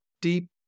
deep